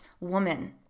woman